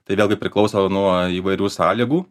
tai vėlgi priklauso nuo įvairių sąlygų